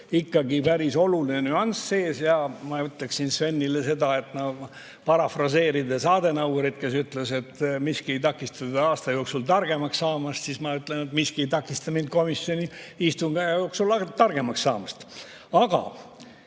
ikkagi päris oluline nüanss sees. Ma ütleksin Svenile seda – parafraseerides Adenauerit, kes ütles, et miski ei takista teda aasta jooksul targemaks saamast –, et miski ei takista mind komisjoni istungil aja jooksul targemaks saamast. Aga